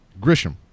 Grisham